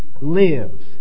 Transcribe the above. live